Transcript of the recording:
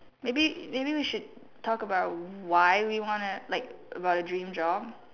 maybe maybe we should talk about why we wanna like about a dream job